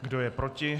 Kdo je proti?